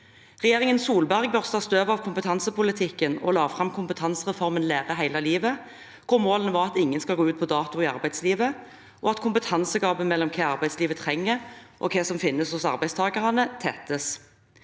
Regjeringen Solberg børstet støv av kompetansepolitikken og la fram kompetansereformen Lære hele livet, hvor målet var at ingen skal gå ut på dato i arbeidslivet, og at kompetansegapet mellom hva arbeidslivet trenger, og hva som finnes hos arbeidstakerne, tettes.